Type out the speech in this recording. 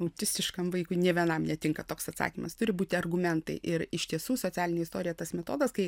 autistiškam vaikui nė vienam netinka toks atsakymas turi būti argumentai ir iš tiesų socialinė istorija tas metodas kai